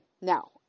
now